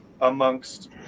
amongst